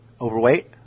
overweight